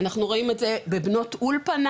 אנחנו רואים את זה בבנות אולפנה,